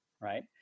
right